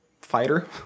fighter